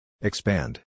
Expand